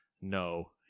No